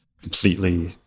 completely